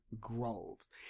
groves